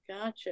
Gotcha